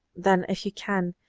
then, if you can,